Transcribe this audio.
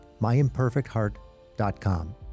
myimperfectheart.com